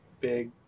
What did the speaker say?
big